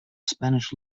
spanish